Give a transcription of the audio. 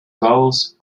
goals